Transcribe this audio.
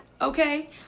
Okay